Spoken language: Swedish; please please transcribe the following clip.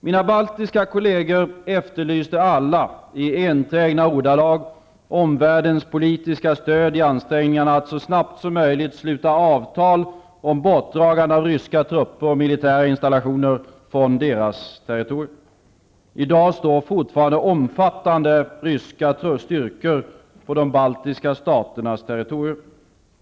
Mina baltiska kolleger efterlyste alla i enträgna ordalag omvärldens politiska stöd i ansträngningarna att så snabbt som möjligt sluta avtal om bortdragande av ryska trupper och militära installationer från deras territorier. I dag står fortfarande omfattande ryska styrkor på de baltiska staternas territorier.